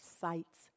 sights